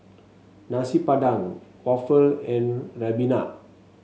Nasi Padang waffle and ribena